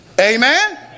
Amen